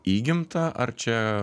įgimta ar čia